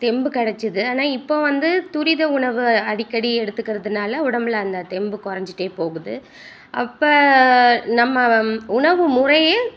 தெம்பு கிடச்சது ஆனால் இப்போ வந்து துரித உணவு அடிக்கடி எடுத்துக்கிறதுனால உடம்பில் அந்த தெம்பு குறைஞ்சிட்டே போகுது அப்போ நம்ம உணவுமுறையே